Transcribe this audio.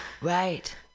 Right